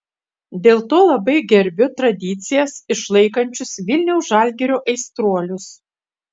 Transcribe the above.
dėl to labai gerbiu tradicijas išlaikančius vilniaus žalgirio aistruolius